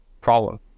problem